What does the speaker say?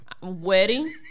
Wedding